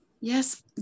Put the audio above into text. Yes